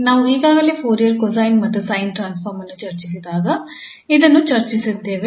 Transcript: ನಾವು ಈಗಾಗಲೇ Fourier cosine ಮತ್ತು sine ಟ್ರಾನ್ಸ್ಫಾರ್ಮ್ ಅನ್ನು ಚರ್ಚಿಸಿದಾಗ ಇದನ್ನು ಚರ್ಚಿಸಿದ್ದೇವೆ